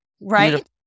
right